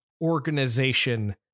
organization